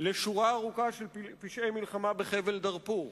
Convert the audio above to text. לשורה ארוכה של פשעי מלחמה בחבל דארפור.